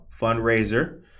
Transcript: fundraiser